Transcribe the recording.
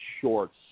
shorts